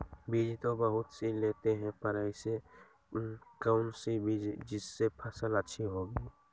बीज तो बहुत सी लेते हैं पर ऐसी कौन सी बिज जिससे फसल अच्छी होगी?